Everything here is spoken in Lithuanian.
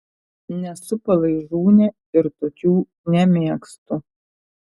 nesu palaižūnė ir tokių nemėgstu